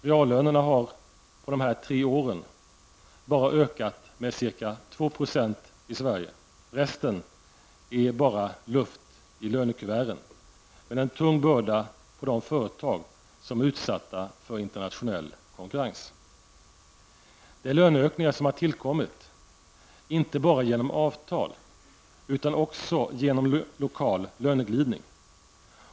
Reallönerna har på dessa tre år bara ökat med ca 2 % i Sverige. Resten är bara luft i lönekuverten, men en tung börda på de företag som är utsatta för internationell konkurrens. Det är löneökningar som tillkommit inte bara genom avtal utan också genom lokal löneglidning.